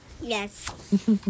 Yes